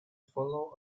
followed